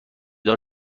دار